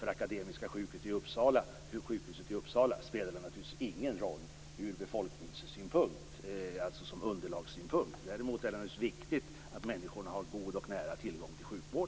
För Akademiska sjukhuset i Uppsala spelar det underlaget ingen roll. Däremot är det naturligtvis viktigt att människorna har god och nära tillgång till sjukvård.